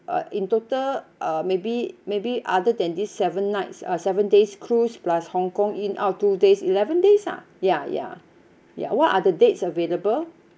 uh in total uh maybe maybe other than these seven nights uh seven days cruise plus hong kong in out two days eleven days lah ya ya ya what are the dates available